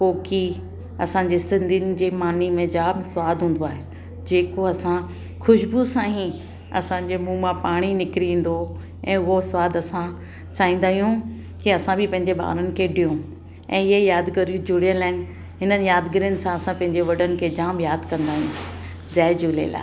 कोकी असांजे सिंधीयुनि जी मानी में जामु स्वाद हूंदो आहे जेको असां ख़ुशबू सां ई असांजे मुंहं मां पाणी निकिरी ईंदो हो ऐं उहो स्वाद असां चाहींदा आहियूं की असां बि पंहिंजे ॿारनि खे ॾियूं ऐं इहे यादिगिरियूं जुड़ियल आहिनि हिननि यादिगिरीनि सां असां पंहिंजे वॾनि खे जामु यादि कंदा आहियूं जय झूलेलाल